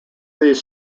these